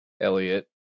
Elliot